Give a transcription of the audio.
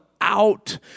out